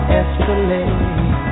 escalate